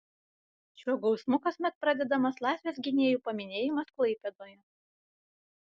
šiuo gausmu kasmet pradedamas laisvės gynėjų paminėjimas klaipėdoje